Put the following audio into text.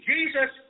Jesus